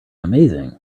amazing